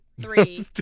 three